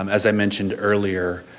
um as i mentioned earlier,